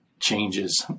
changes